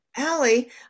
Allie